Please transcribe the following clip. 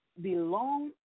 Belong